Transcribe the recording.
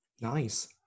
Nice